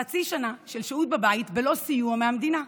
חצי שנה של שהות בבית בלא סיוע מהמדינה,